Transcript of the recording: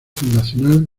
fundacional